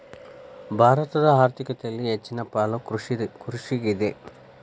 ಭಾರತದ ಆರ್ಥಿಕತೆಯಲ್ಲಿ ಹೆಚ್ಚನ ಪಾಲು ಕೃಷಿಗಿದೆ